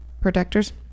protectors